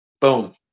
boom